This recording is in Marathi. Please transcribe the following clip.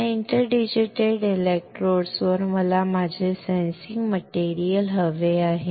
या इंटरडिजिटेटेड इलेक्ट्रोड्स वर मला माझे सेन्सिंग मटेरियल हवे आहे